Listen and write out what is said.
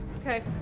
Okay